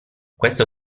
questo